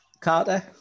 Carter